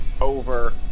over